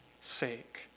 sake